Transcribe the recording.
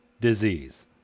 disease